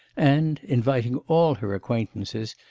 and, inviting all her acquaintances,